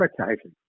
advertising